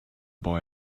boy